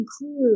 include